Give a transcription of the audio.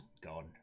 gone